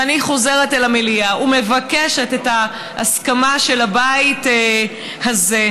ואני חוזרת אל המליאה ומבקשת את ההסכמה של הבית הזה: